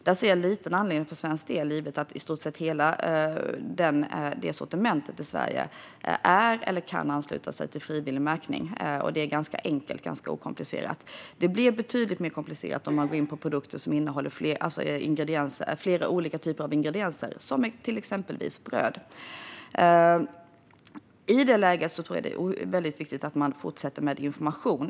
Där ser jag liten anledning för svensk del att göra detsamma givet att i stort sett hela detta sortiment i Sverige är anslutet eller kan ansluta sig till frivillig märkning. Detta är ganska enkelt. Det blir betydligt mer komplicerat när det gäller produkter som innehåller flera olika typer av ingredienser, till exempel bröd. I ett sådant läge tror jag att det är väldigt viktigt att man fortsätter med information.